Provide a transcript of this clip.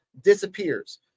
disappears